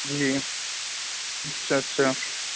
جی اچھا اچھا